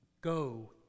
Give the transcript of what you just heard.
Go